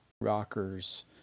rockers